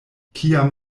kiam